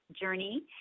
journey